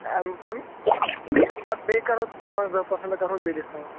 امہِ بۄن ادٕ بیٚیہِ کرو تہنٛز زٕ پرسنٹ کرو بیٚیہِ ڈِسکاوٗنٹ